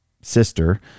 sister